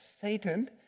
Satan